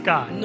God